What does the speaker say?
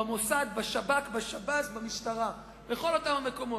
במוסד, בשב"כ, בשב"ס, במשטרה, בכל אותם המקומות.